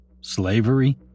slavery